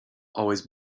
always